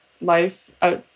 life